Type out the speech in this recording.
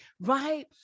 right